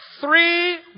three